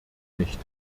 nicht